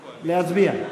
להצביע.